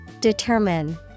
Determine